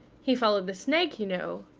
he followed the snake, you know,